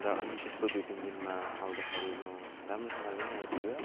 र अनि त्यसको दुई तिन दिनमा आउँदाखेरि म राम्रोसँगले नै आइपुगेँ